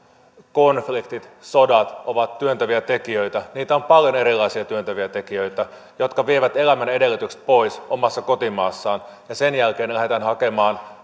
konfliktit sodat ovat työntäviä tekijöitä on paljon erilaisia työntäviä tekijöitä jotka vievät pois elämän edellytykset omassa kotimaassa ja sen jälkeen lähdetään hakemaan